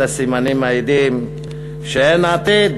אלה סימנים מעידים שאין עתיד,